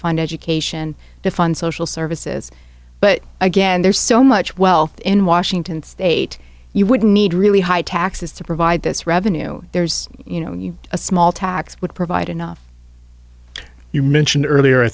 fund education to fund social services but again there's so much wealth in washington state you would need really high taxes to provide this revenue there's you know you a small tax would provide enough you mentioned earlier i